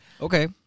Okay